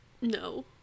No